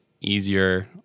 easier